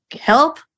help